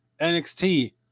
NXT